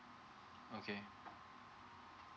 okay